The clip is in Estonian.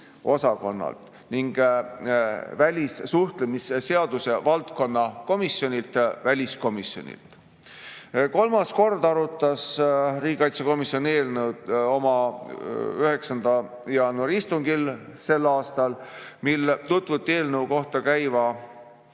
analüüsiosakonnalt ning välissuhtlemisseaduse valdkonnakomisjonilt ehk väliskomisjonilt. Kolmandat korda arutas riigikaitsekomisjon eelnõu oma 9. jaanuari istungil sel aastal, mil tutvuti eelnõu kohta käiva